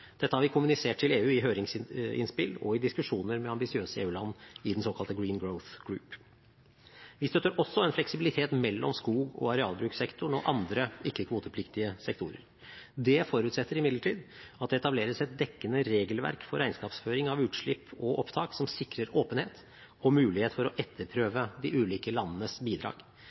Dette har vi kommunisert til EU i høringsinnspill og i diskusjoner med ambisiøse EU-land i den såkalte Green Growth Group. Vi støtter også en fleksibilitet mellom skog- og arealbrukssektoren og andre ikke-kvotepliktige sektorer. Det forutsetter imidlertid at det etableres et dekkende regelverk for regnskapsføring av utslipp og opptak som sikrer åpenhet og mulighet for å etterprøve de ulike landenes bidrag.